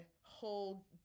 whole